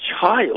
child